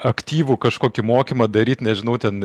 aktyvų kažkokį mokymą daryt nežinau ten